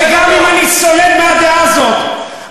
שגם אם אני סולד מהדעה הזאת,